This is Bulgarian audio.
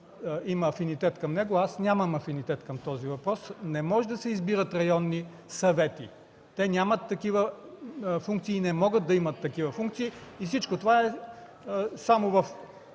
има афинитет към него. Аз нямам афинитет към този въпрос. Не може да се избират районни съвети. Те нямат такива функции и не могат да имат такива функции и всичко това е –